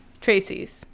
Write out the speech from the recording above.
Tracy's